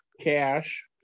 cash